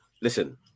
listen